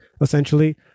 essentially